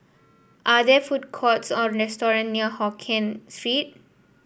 are there food courts or restaurant near Hokien Street